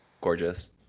Gorgeous